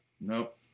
Nope